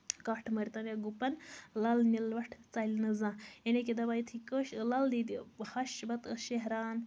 کَٹھ مٔرۍتن یا گُپَن لا مِلوَٹھ ژَلہِ نہٕ زانٛہہ یعنی کہِ دپان یُتھُے کٲشِر لل دید ہَش چھِ بَتہٕ ٲس شیران